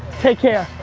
take care.